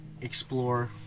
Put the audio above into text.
explore